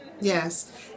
Yes